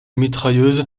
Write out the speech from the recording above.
mitrailleuse